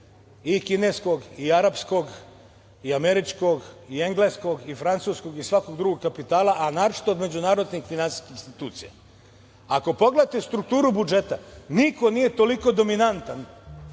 i kineskog i arapskog i američkog i engleskog i francuskog i svakog drugog kapitala, a naročito od međunarodnih finansijskih institucija. Ako pogledate strukturu budžeta, niko nije toliko dominantan